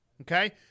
Okay